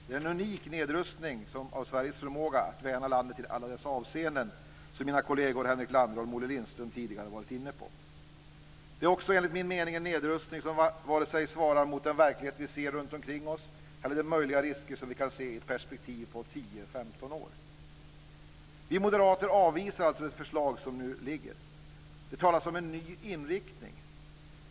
Det är en unik nedrustning av Sveriges förmåga att värna landet i alla avseenden, som mina kolleger Henrik Landerholm och Olle Lindström tidigare har varit inne på. Det är också enligt min mening en nedrustning som varken svarar mot den verklighet vi ser runt omkring oss eller de möjliga risker som vi kan se i ett perspektiv på 10-15 år. Vi moderater avvisar alltså det förslag som nu föreligger. Det talas om en ny inriktning.